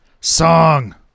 song